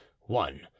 one—